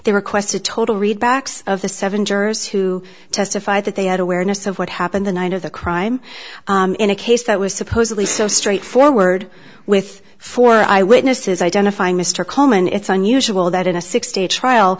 they request a total read backs of the seven jurors who testified that they had awareness of what happened the night of the crime in a case that was supposedly so straightforward with four eyewitnesses identifying mr coleman it's unusual that in a six day trial